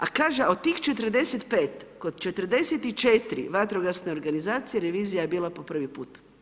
A kaže a od tih 45, kod 44 vatrogasne organizacije revizija je bila po prvi put.